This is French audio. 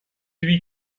lui